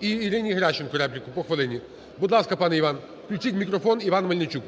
І Ірині Геращенко репліку. По хвилині. Будь ласка, пане Іван. Включіть мікрофон, Іван Мельничук.